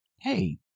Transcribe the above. Hey